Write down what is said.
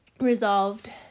resolved